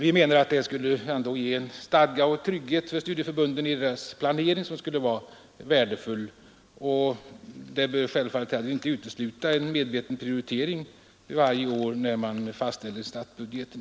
Vi anser att den ändå skulle ge en värdefull stadga och trygghet i studieförbundens planering. Den bör självfallet heller inte utesluta en medveten prioritering varje år när man fastställer statsbudgeten.